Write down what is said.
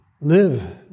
live